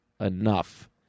enough